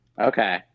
Okay